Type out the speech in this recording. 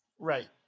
right